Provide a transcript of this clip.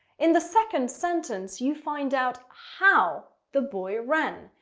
in the second sentence you find out how the boy ran.